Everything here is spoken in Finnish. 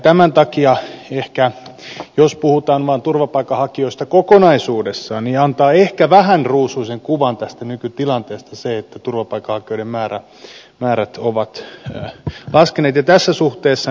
tämän takia jos puhutaan vain turvapaikanhakijoista kokonaisuudessaan antaa ehkä vähän ruusuisen kuvan tästä nykytilanteesta se että turvapaikanhakijoiden määrät ovat laskeneet